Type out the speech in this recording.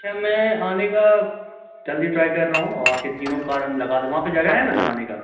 اچھا میں آنے کا جلدی ٹرائی کر رہا ہوں آ کے تینوں کار ہم لگا د وہاں پہ جگہ ہے نا لگانے کا